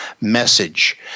message